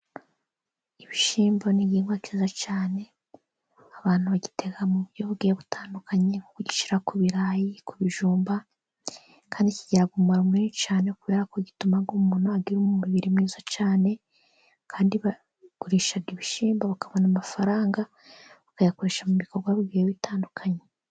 Ibishyimbo ni igihingwa cyiza cyane, abantu bagiteka mu buryo bugiye butandukanye nko kugishyira ku birayi ku bijumba, kandi kigira umumaro munini cyane kubera ko gituma umuntu agira umubiri mwiza cyane, kandi bagurisha ibishyimbo bakabona amafaranga, bakayakoresha mu bikorwa bitandukanye.